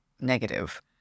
negative